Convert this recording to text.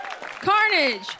Carnage